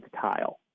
tile